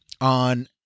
on